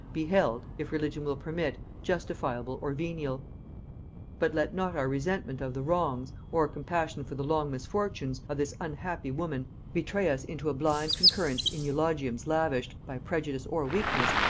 be held, if religion will permit, justifiable or venial but let not our resentment of the wrongs, or compassion for the long misfortunes, of this unhappy woman betray us into a blind concurrence in eulogiums lavished, by prejudice or weakness,